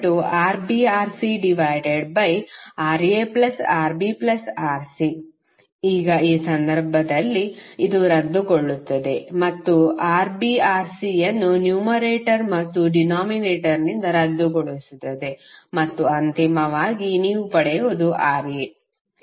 R1RbRcRaRbRc ಈಗ ಈ ಸಂದರ್ಭದಲ್ಲಿ ಇದು ರದ್ದುಗೊಳ್ಳುತ್ತದೆ ಮತ್ತು ಇದು Rb Rcಯನ್ನು ನ್ಯೂಮರೇಟರ್ ಮತ್ತು ಡಿನಾಮಿನೇಟರ್ನಿಂದ ರದ್ದುಗೊಳಿಸುತ್ತದೆ ಮತ್ತು ಅಂತಿಮವಾಗಿ ನೀವು ಪಡೆಯುವುದು Ra